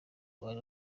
wari